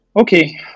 Okay